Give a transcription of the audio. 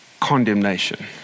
condemnation